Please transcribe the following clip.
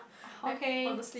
okay